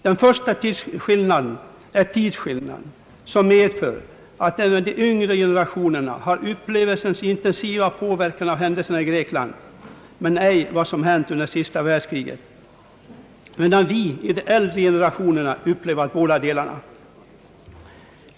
Den första skillnaden är tidsskillnaden, som innebär att även de yngre generationerna har upplevelsens intensiva påverkan av händelserna i Grekland men ej av vad som hände under sista världskriget, medan de äldre generationerna upplevat bådadera.